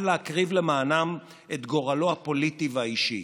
להקריב למענם את גורלו הפוליטי והאישי.